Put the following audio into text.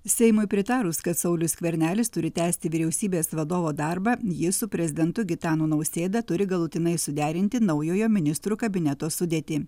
seimui pritarus kad saulius skvernelis turi tęsti vyriausybės vadovo darbą jis su prezidentu gitanu nausėda turi galutinai suderinti naujojo ministrų kabineto sudėtį